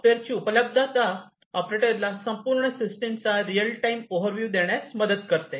सॉफ्टवेअरची उपलब्धता ऑपरेटरला संपूर्ण सिस्टमचा रियल टाइम ओव्हर्व्ह्यू देण्यास मदत करते